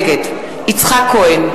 נגד יצחק כהן,